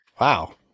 Wow